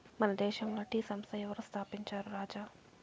మన దేశంల టీ సంస్థ ఎవరు స్థాపించారు రాజా